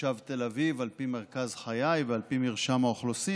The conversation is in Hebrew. תושב תל אביב על פי מרכז חיי ועל פי מרשם האוכלוסין,